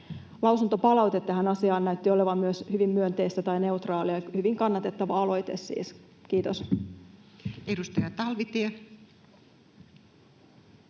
Lausuntopalaute tähän asiaan näytti olevan myös hyvin myönteistä tai neutraalia. Hyvin kannatettava aloite siis. — Kiitos. [Speech 13]